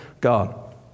God